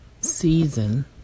season